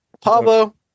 Pablo